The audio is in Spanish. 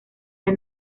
del